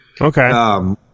Okay